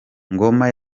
ngoma